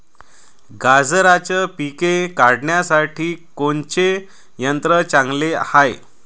गांजराचं पिके काढासाठी कोनचे यंत्र चांगले हाय?